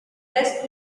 best